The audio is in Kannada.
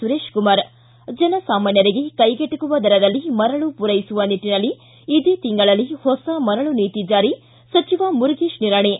ಸುರೇಶ್ ಕುಮಾರ್ ಿ ಜನ ಸಾಮಾನ್ಯರಿಗೆ ಕೈಗೆಟಕುವ ದರದಲ್ಲಿ ಮರಳು ಪೂರೈಸುವ ನಿಟ್ಟನಲ್ಲಿ ಇದೇ ತಿಂಗಳಲ್ಲಿ ಹೊಸ ಮರಳು ನೀತಿ ಜಾರಿ ಸಚಿವ ಮುರುಗೇಶ ನಿರಾಣಿ